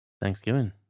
Thanksgiving